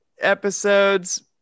episodes